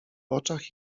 oczach